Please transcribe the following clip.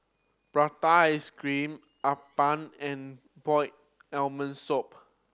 prata ice cream appam and boiled abalone soup